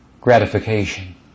gratification